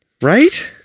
Right